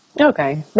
Okay